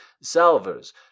salvers